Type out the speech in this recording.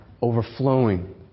overflowing